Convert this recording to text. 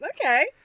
Okay